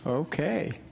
Okay